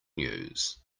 news